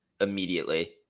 immediately